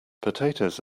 potatoes